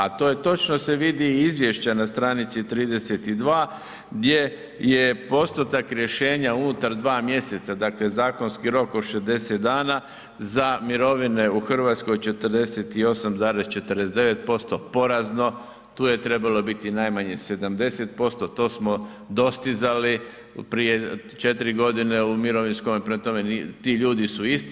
A to je, točno se vidi i izvješća na stranici 32 gdje je postotak rješenja unutar 2 mjeseca, dakle zakonski rok od 60 dana za mirovine u Hrvatskoj 48,49%, porazno, tu je trebalo biti najmanje 70%, to smo dostizali prije 4 godine u mirovinskome, prema tome ti ljudi su isti.